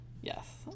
Yes